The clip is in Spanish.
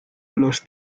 los